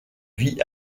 vie